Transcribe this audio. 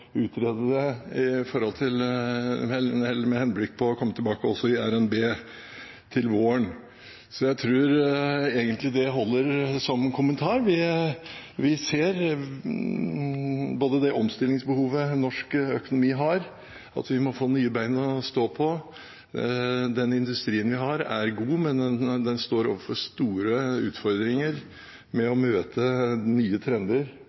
utrede det med henblikk på å komme tilbake til det i RNB til våren. Jeg tror egentlig det holder som kommentar. Vi ser det omstillingsbehovet som norsk økonomi har. Vi må få nye bein å stå på. Den industrien vi har, er god, men den står overfor store utfordringer med å møte nye trender,